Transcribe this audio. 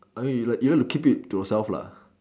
I mean you like you like to keep it to yourself lah